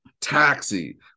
Taxi